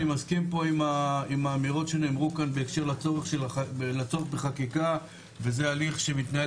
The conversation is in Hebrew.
אני מסכים פה עם האמירות שנאמרו כאן בהקשר לצורך בחקיקה וזה הליך שמתנהל